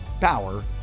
power